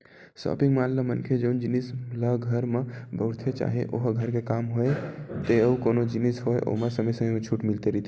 shopping mall म मनखे जउन जिनिस ल घर म बउरथे चाहे ओहा घर के काम होय ते अउ कोनो जिनिस होय ओमा समे समे म छूट मिलते रहिथे